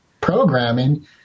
programming